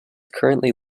currently